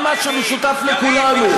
על מה שמשותף לכולנו,